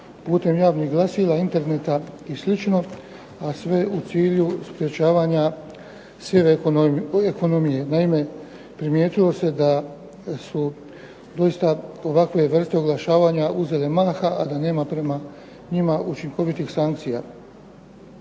pute javnih glasila, interneta i slično, a sve u cilju sprečavanja sive ekonomije. Naime, primijetilo se da su doista ovakve vrste oglašavanja uzele maha, a da nema prema njima učinkovitih sankcija.